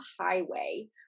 highway